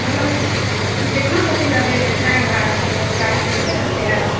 मतलब कितना पसेन्जर ले लेते हैं गाड़ी में गाड़ी कैसे रखते हैं आप